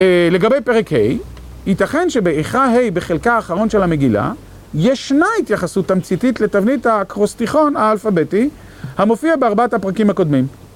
לגבי פרק ה', ייתכן שבהכרעה ה' בחלקה האחרון של המגילה ישנה התיחסות תמציתית לתבנית האקרוסתיכון האלפבטי המופיע בארבעת הפרקים הקודמים.